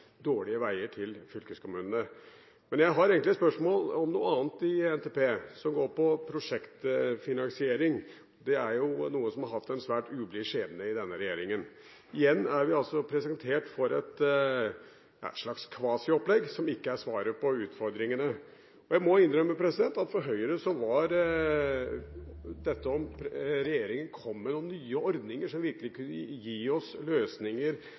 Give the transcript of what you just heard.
dårlige veier til fylkeskommunene. Jeg har egentlig et spørsmål om noe annet i NTP, som går på prosjektfinansiering, det er jo noe som har hatt en svært ublid skjebne under denne regjeringen. Igjen er vi presentert for et slags kvasiopplegg som ikke er svaret på utfordringene. Jeg må innrømme at for Høyre var det et spørsmål om regjeringen kom med noen nye ordninger som virkelig kunne gi oss løsninger